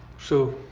so,